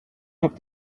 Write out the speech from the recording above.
have